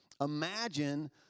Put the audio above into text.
Imagine